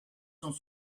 sont